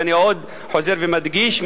ואני עוד חוזר ומדגיש,